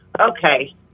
Okay